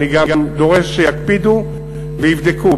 אני גם דורש שיקפידו ויבדקו.